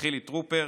חילי טרופר,